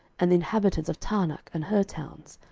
and the inhabitants of taanach and her towns,